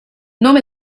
nome